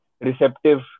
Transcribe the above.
receptive